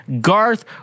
garth